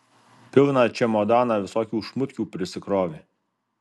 pilną čemodaną visokių šmutkių prisikrovė